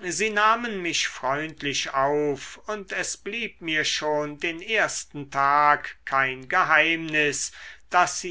sie nahmen mich freundlich auf und es blieb mir schon den ersten tag kein geheimnis daß sie